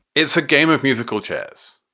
it's a game of musical chairs.